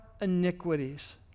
iniquities